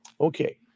Okay